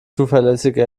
zuverlässige